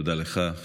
תודה רבה, אדוני.